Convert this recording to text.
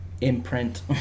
imprint